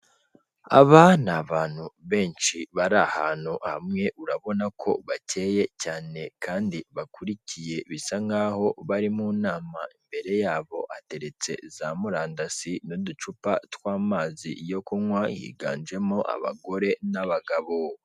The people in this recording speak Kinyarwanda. Abani abantu benshi bari ahantu hamwe, urabona ko bakeye cyane kandi bakurikiye bisa nkaho bari mu nama, imbere yabo ateretse za murandasi n'uducupa tw'amazi yo kunywa higanjemo abagore n'abagabo.